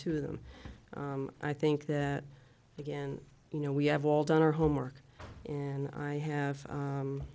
two of them i think that again you know we have all done our homework and i have